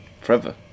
forever